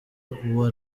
uwa